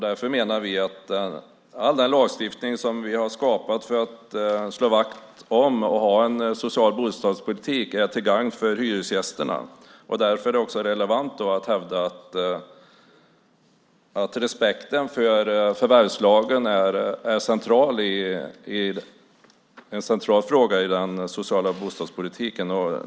Därför menar vi att all den lagstiftning som vi har skapat för att slå vakt om och ha en social bostadspolitik är till gagn för hyresgästerna. Därför är det relevant att hävda att respekten för förvärvslagen är en central fråga i den sociala bostadspolitiken.